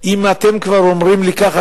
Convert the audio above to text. אם אתם כבר אומרים לי ככה,